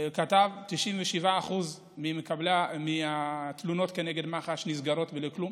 כתב ש-97% מהתלונות כנגד מח"ש נסגרות בלא-כלום.